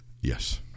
Yes